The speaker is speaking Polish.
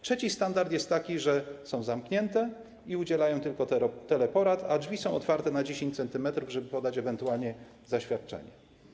Trzeci standard jest taki, że są zamknięte i udzielają tylko teleporad, a drzwi są otwarte na 10 cm, żeby podać ewentualnie zaświadczenie.